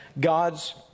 God's